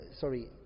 sorry